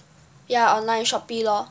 ya online Shopee lor